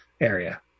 area